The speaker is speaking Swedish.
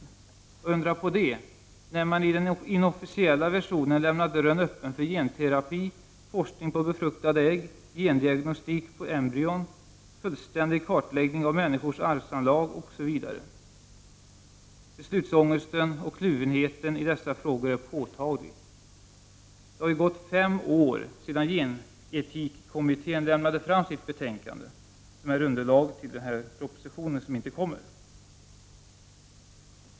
Inte undra på det när man i den inofficiella versionen lämnar dörren öppen för genterapi, forskning på befruktade ägg, gendiagnostik på embryon, fullständig kartläggning av människors arvsanlag osv. Beslutsångesten och kluvenheten i dessa frågor är påtaglig. Det har ju gått fem år sedan gen-etikkommitten lämnade fram sitt betänkande, som är underlaget för den proposition som inte läggs fram.